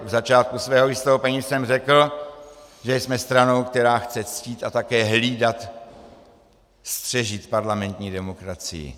V začátku svého vystoupení jsem řekl, že jsme stranou, která chce ctít a také hlídat, střežit parlamentní demokracii.